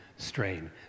strain